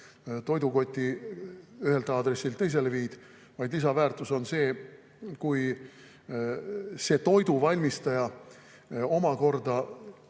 toidukoti ühelt aadressilt teisele viid, vaid lisaväärtus on see, kui toiduvalmistaja omakorda